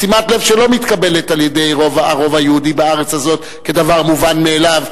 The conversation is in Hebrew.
שימת לב שלא מתקבלת על-ידי הרוב היהודי בארץ הזאת כדבר מובן מאליו,